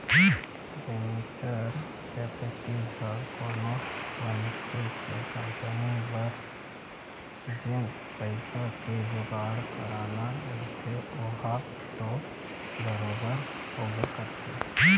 venture capital ह कोनो मनखे के कंपनी बर जेन पइसा के जुगाड़ कराना रहिथे ओहा तो बरोबर होबे करथे